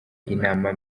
inama